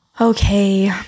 Okay